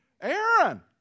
Aaron